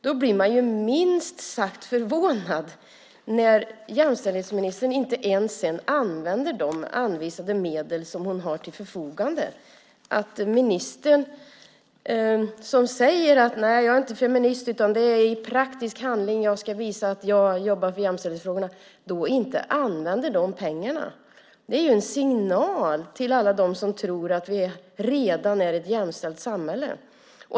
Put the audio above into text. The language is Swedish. Då blir jag minst sagt förvånad när jämställdhetsministern inte ens använder de anvisade medel hon har till förfogande. Att en minister som säger att hon inte är feminist utan att hon i praktisk handling ska visa att hon jobbar för jämställdhetsfrågorna inte använder de pengarna är en signal till alla dem som tror att vi redan har ett jämställt samhälle.